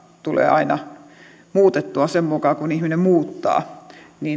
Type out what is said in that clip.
tulee aina muutettua sen mukaan kun ihminen muuttaa